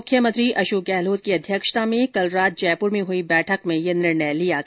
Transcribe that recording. मुख्यमंत्री अशोक गहलोत की अध्यक्षता में कल रात जयपुर में हुई बैठक में यह निर्णय लिया गया